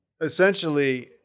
essentially